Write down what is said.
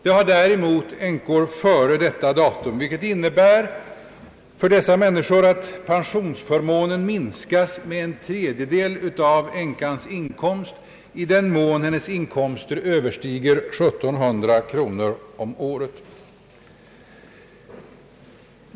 Det har däremot de som blivit änkor före detta datum, vilket för dessa människor innebär att pensionsförmånen minskas med en tredjedel av änkans inkomst i den mån den överstiger 1700 kronor om året.